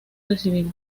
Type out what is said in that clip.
recibido